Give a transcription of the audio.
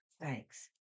thanks